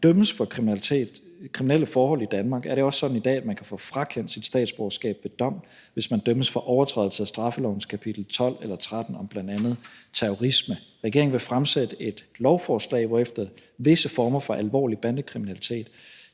dømmes for kriminelle forhold i Danmark, er det også sådan i dag, at man kan få frakendt sit statsborgerskab ved dom, hvis man dømmes for overtrædelse af straffelovens kapitel 12 eller 13 om bl.a. terrorisme. Regeringen vil fremsætte et lovforslag, hvorefter visse former for alvorlig bandekriminalitet,